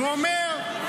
הוא אומר,